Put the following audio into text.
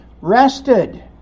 rested